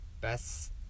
best